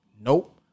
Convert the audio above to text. Nope